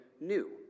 new